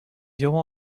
irons